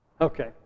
Okay